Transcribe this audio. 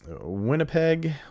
Winnipeg